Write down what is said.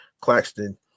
Claxton